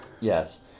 Yes